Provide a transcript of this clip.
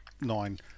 nine